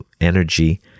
energy